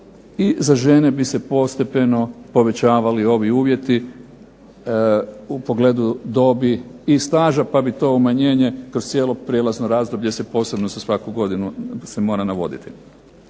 i za žene bi se postepeno povećavali ovi uvjeti u pogledu dobi i staža pa bi to umanjenje kroz cijelo prijelazno razdoblje se posebno za svaku godinu se mora navoditi.